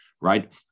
right